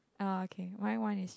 oh okay one one is